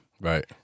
Right